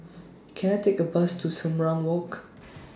Can I Take A Bus to Sumang Wrong Walk